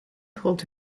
pulled